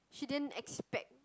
she didn't expect